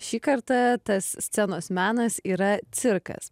šį kartą tas scenos menas yra cirkas